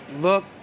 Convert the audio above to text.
look